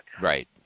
Right